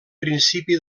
principi